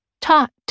taught